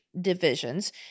divisions